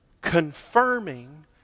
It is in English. confirming